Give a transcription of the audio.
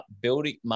building